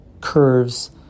curves